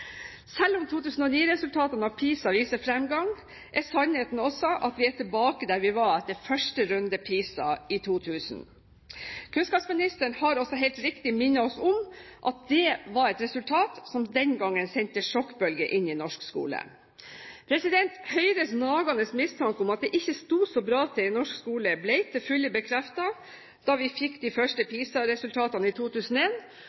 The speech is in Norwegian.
Selv om 2009-resultatene av PISA viser fremgang, er sannheten også at vi er tilbake der vi var etter første runde PISA i 2000. Kunnskapsministeren har helt riktig minnet oss på at det var et resultat som den gangen sendte sjokkbølger inn i norsk skole. Høyres nagende mistanke om at det ikke sto så bra til i norsk skole, ble til fulle bekreftet da vi fikk de første